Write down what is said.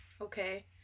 Okay